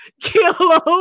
kill